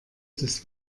dass